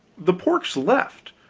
the pork's left,